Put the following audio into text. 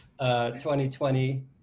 2020